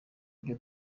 byo